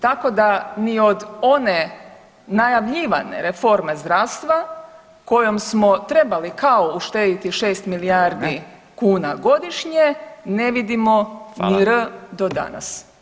Tako da ni od one najavljivane forme zdravstva kojom smo trebali kao uštediti 6 milijardi [[Upadica Radin: Vrijeme.]] kuna godišnje, ne vidimo ni R do danas.